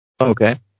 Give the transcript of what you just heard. Okay